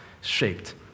shaped